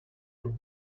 room